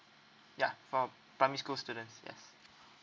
ya for primary school students yes